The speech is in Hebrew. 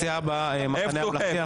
הסיעה הבאה, המחנה הממלכתי.